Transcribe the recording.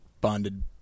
bonded